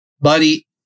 buddy